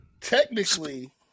technically